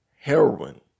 heroin